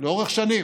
לצערי,